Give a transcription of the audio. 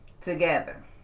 together